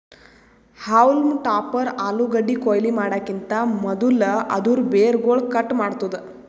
haulm topper ಆಲೂಗಡ್ಡಿ ಕೊಯ್ಲಿ ಮಾಡಕಿಂತ್ ಮದುಲ್ ಅದೂರ್ ಬೇರುಗೊಳ್ ಕಟ್ ಮಾಡ್ತುದ್